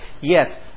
Yes